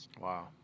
wow